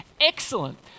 excellent